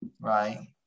Right